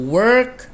work